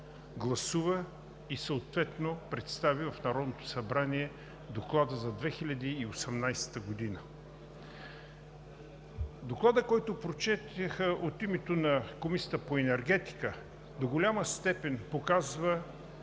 гласува и съответно представи в Народното събрание Доклада за 2018 г. Докладът, който прочетоха от името на Комисията по енергетика, до голяма степен показва